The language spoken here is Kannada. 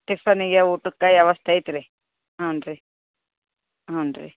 ಟಿಫನಿಗೆ ಊಟಕ್ಕೆ ವ್ಯವಸ್ಥೆ ಐತೆ ರೀ ಹ್ಞೂ ರೀ ಹ್ಞೂ ರೀ